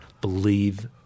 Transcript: believe